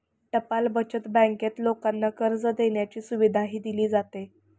टपाल बचत बँकेत लोकांना कर्ज देण्याची सुविधाही दिली जाते